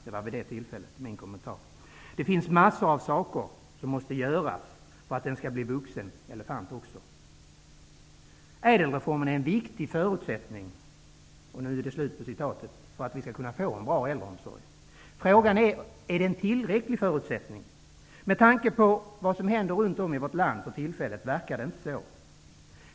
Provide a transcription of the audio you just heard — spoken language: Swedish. Det var vid det tillfället vi hade hearingen -- min kommentar. ''Det finns massor av saker som vi måste göra för att den skall bli en vuxen elefant också.'' Ädelreformen är en viktig förutsättning för att vi skall kunna få en bra äldreomsorg. Frågan är om det är en tillräcklig förutsättning. Med tanke på vad som händer runt om i vårt land för närvarande verkar det inte så.